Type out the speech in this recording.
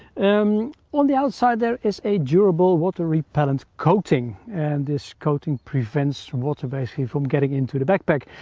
um on the outside there is a durable water-repellent coating, and this coating prevents water basically from getting into the backpack,